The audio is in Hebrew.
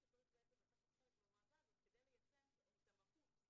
שצריך לקחת חלק במועצה הזאת כדי ליישם את המהות.